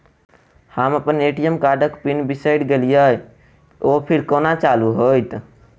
हम अप्पन ए.टी.एम कार्डक पिन बिसैर गेलियै ओ फेर कोना चालु होइत?